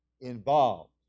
involved